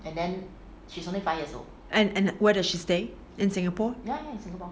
and where does she stay in singapore